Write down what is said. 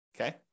Okay